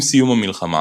עם סיום המלחמה